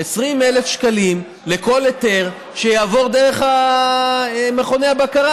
20,000 שקלים לכל היתר שיעבור דרך מכוני הבקרה,